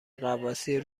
غواصی